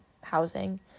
housing